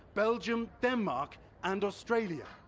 belgium, denmark and australia.